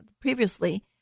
previously